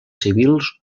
civils